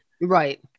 Right